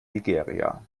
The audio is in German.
nigeria